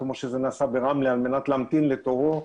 כמו שזה נעשה ברמלה על מנת להמתין לתורו.